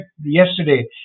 yesterday